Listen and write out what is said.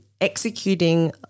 executing